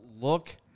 Look